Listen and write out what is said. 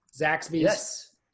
Zaxby's